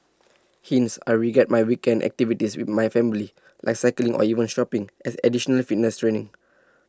hence I regard my weekend activities with my family like cycling or even shopping as additional fitness training